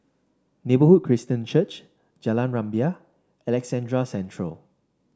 Neighbourhood Christian Church Jalan Rumbia Alexandra Central